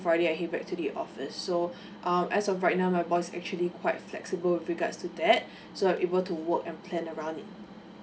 friday I head back to the office so um as of right now my boss actually quite flexible with regard to that so I'm able to work and plan around it